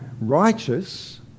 righteous